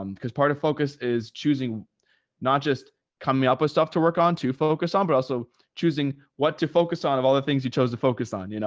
um cause part of focus is choosing not just coming up with stuff to work on, to focus on, but also choosing what to focus on of all the things you chose to focus on. you know